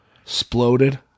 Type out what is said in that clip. exploded